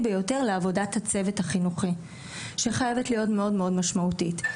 ביותר לעבודת הצוות החינוכי שחייבת להיות מאוד מאוד משמעותית.